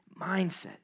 mindset